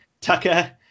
Tucker